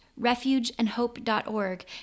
refugeandhope.org